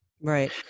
Right